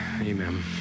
Amen